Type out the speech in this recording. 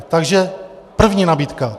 Takže první nabídka.